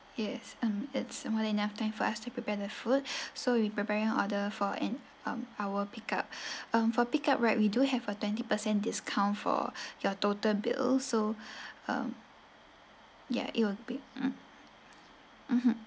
yes um it's more than enough time for us to prepare the food so we preparing order for an um hour pick up um for pick up right we do have a twenty percent discount for your total bill so um ya it'll be mm mmhmm